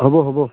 হ'ব হ'ব